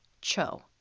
Cho